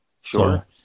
Sure